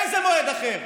איזה מועד אחר?